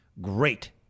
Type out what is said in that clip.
great